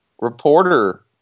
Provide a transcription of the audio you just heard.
reporter